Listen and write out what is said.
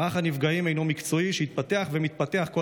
מערך הנפגעים הוא מערך מקצועי שהתפתח ומתפתח כל